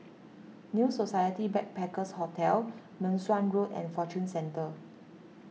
New Society Backpackers' Hotel Meng Suan Road and Fortune Centre